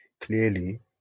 clearly